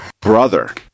brother